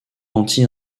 anti